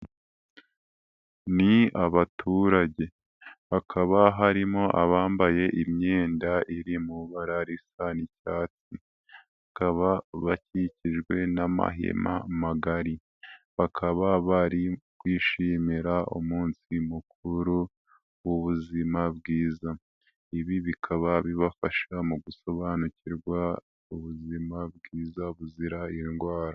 Ni abaturage ha bakaba harimo abambaye imyenda iri mu ibara risa nk'icyatsi. Bakaba bakikijwe n'amahema magari, bakaba bari kwishimira umunsi mukuru w'ubuzima bwiza. Ibi bikaba bibafasha mu gusobanukirwa ubuzima bwiza buzira iyo ndwara.